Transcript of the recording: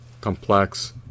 complex